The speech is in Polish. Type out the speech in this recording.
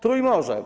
Trójmorze.